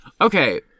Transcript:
Okay